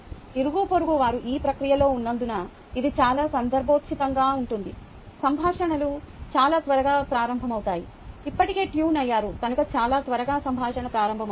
ఇరుగుపొరుగు వారు ఈ ప్రక్రియలో ఉన్నందున ఇది చాలా సందర్భోచితంగా ఉంటుంది సంభాషణలు చాలా త్వరగా ప్రారంభమవుతాయి ఇప్పటికే ట్యూన్ అయ్యారు కనుక చాలా త్వరగా సంభాషణ ప్రారంభమవుతాయి